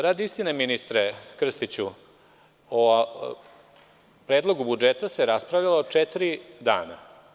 Radi istine, ministre Krstiću, o Predlogu budžeta se raspravljalo četiri dana.